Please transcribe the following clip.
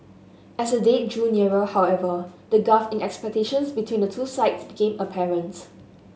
as the date drew nearer however the gulf in expectations between the two sides became apparent